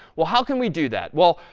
well, how can we do that? well,